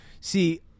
see